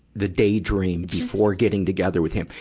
the daydream before getting together with him?